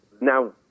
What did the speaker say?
Now